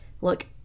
Look